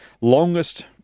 longest